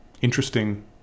interesting